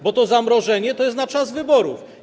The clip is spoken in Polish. Bo to zamrożenie jest na czas wyborów.